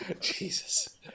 Jesus